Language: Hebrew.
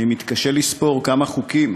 אני מתקשה לספור כמה חוקים